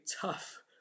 tough